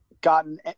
gotten